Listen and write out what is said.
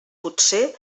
potser